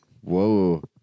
whoa